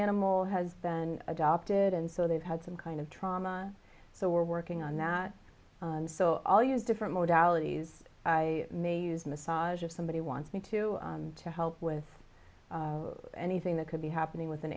animal has been adopted and so they've had some kind of trauma so we're working on that and so i'll use different mortalities i may use massage if somebody wants me to to help with anything that could be happening with an